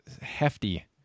hefty